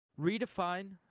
redefine